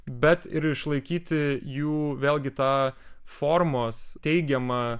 bet ir išlaikyti jų vėlgi tą formos teigiamą